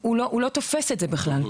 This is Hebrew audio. הוא לא תופס את זה בכלל.